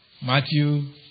Matthew